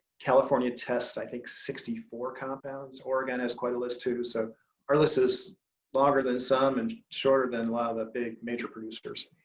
california tests, i think sixty four compounds. oregon has quite a list too. so our list is longer than some and shorter than a lot of the big major producers.